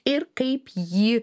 ir kaip jį